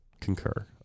concur